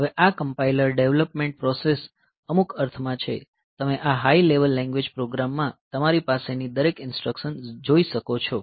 હવે આ compiler development process અમુક અર્થમાં છે તમે આ હાઈ લેવલ લેન્ગવેજ પ્રોગ્રામમાં તમારી પાસેની દરેક ઈન્સ્ટ્રકશન જોઈ શકો છો